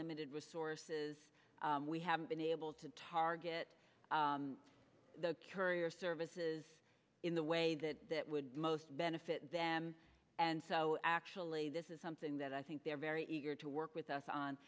limited resources we haven't been able to target the courier services in the way that would most benefit them and so actually this is something that i think they're very eager to work with us